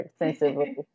extensively